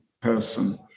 person